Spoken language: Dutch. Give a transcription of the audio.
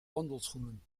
wandelschoenen